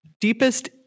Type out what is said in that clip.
Deepest